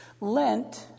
Lent